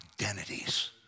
Identities